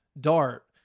Dart